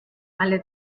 alle